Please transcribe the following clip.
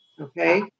Okay